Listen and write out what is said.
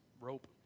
rope